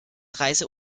reise